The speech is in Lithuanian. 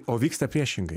o vyksta priešingai